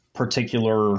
particular